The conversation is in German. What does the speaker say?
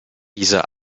diese